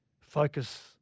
focus